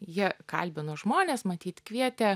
jie kalbino žmones matyt kvietė